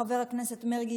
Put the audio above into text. חבר הכנסת מרגי,